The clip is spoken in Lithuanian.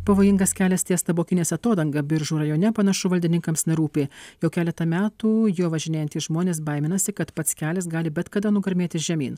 pavojingas kelias ties tabokinės atodanga biržų rajone panašu valdininkams nerūpi jau keletą metų juo važinėjantys žmonės baiminasi kad pats kelias gali bet kada nugarmėti žemyn